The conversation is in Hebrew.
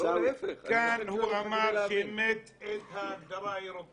כאן הוא אומר שהוא אימץ את הדירקטיבה.